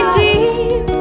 deep